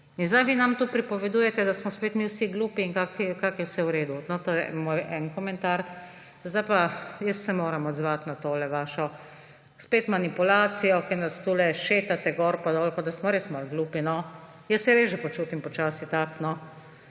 sedaj vi nam to pripovedujete, da smo mi vsi glupi in kako je vse v redu. To je en moj komentar. Jaz se moram odzvati na to vašo spet manipulacijo, ko nas tukaj šetate gor pa dol, kot da smo res malo glupi. Jaz se res že počasi počutim tako.